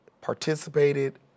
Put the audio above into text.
participated